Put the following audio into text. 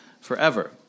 forever